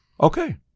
okay